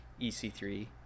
EC3